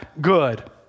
good